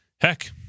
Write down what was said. heck